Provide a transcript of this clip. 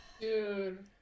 dude